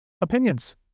opinions